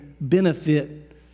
benefit